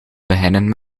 beginnen